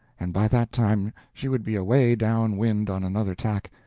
and by that time she would be away down wind on another tack,